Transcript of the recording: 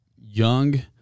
young